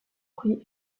prix